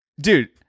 Dude